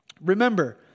Remember